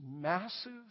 massive